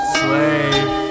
slave